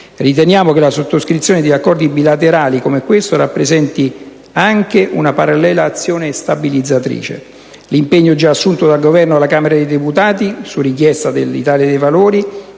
Riteniamo che la sottoscrizione di accordi bilaterali come questo rappresenti anche una parallela azione stabilizzatrice. L'impegno già assunto dal Governo alla Camera dei deputati, su richiesta dell'Italia dei Valori,